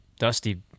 Dusty